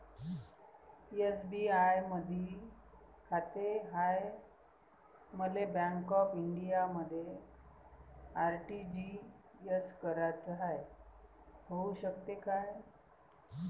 SBI मधी खाते हाय, मले बँक ऑफ इंडियामध्ये आर.टी.जी.एस कराच हाय, होऊ शकते का?